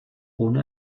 ohne